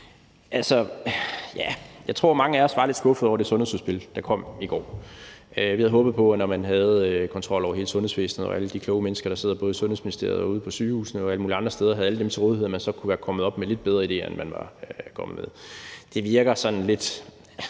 godt nok. Jeg tror, mange af os var lidt skuffet over det sundhedsudspil, der kom i går. Vi havde håbet på, at når man havde kontrol over hele sundhedsvæsenet og havde alle de kloge mennesker, der sidder i både Sundhedsministeriet og ude på sygehusene og alle mulige andre steder, til rådighed, så kunne man være kommet op med lidt bedre idéer, end hvad man kom med. Det virker sådan lidt,